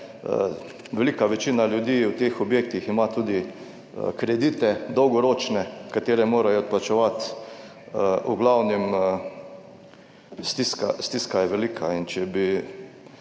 Velika večina ljudi v teh objektih ima tudi kredite, dolgoročne, katere morajo odplačevati. V glavnem stiska, stiska je velika in če bi,